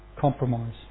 compromise